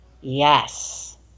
Yes